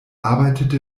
arbeitete